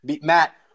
Matt